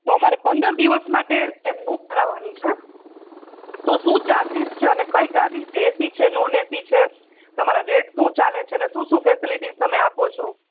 તો મારે પંદર દિવસ માટે કેબ બુક કરાવાની છે તો શું ચાર્જિસ છે અને કઈ ગાડી છે એસી છે નોન એસી છે તમારા રેટ શું ચાલે છે ને શું શું ફેસેલીટી તમે આપો છો